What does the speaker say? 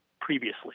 previously